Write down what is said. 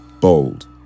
bold